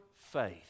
faith